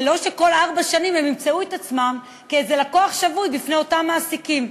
ולא שכל ארבע שנים הם ימצאו את עצמם כלקוח שבוי בפני אותם מעסיקים.